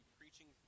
preaching